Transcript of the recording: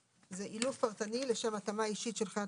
(3)אילוף פרטני לשם התאמה אישית של חיית